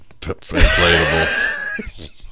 inflatable